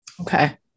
okay